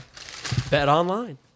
BetOnline